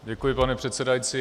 Děkuji, pane předsedající.